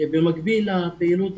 במקביל לפעילות